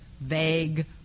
vague